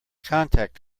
contact